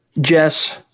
Jess